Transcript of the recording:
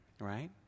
right